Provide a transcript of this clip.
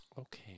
Okay